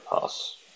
pass